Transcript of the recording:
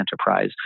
enterprise